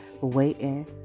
waiting